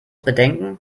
bedenken